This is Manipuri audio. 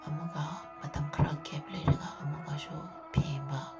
ꯑꯃꯨꯛꯀ ꯃꯇꯝ ꯈꯔ ꯒꯦꯞ ꯂꯩꯔꯒ ꯑꯃꯨꯛꯀꯁꯨ ꯄꯦꯡꯕ